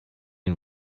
ihn